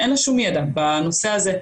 אין לה שום ידע בנושא הזה.